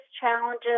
challenges